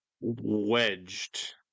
wedged